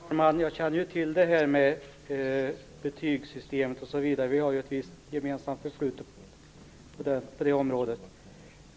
Herr talman! Jag känner till det här med betygssystemet osv., och vi har ju gemensamt fattat ett beslut på det området.